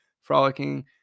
Frolicking